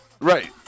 Right